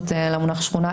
למונח שכונה,